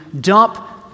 dump